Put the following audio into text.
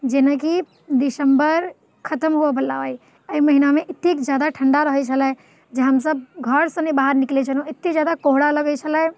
जेनाकि दिसम्बर खतम हुअऽ बला अइ एहि महिनामे एतेक जादा ठण्डा रहैत छलै जे हमसभ घरसँ नहि बाहर निकलैत छलहुँ एतेक जादा कोहरा लगैत छलै